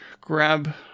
grab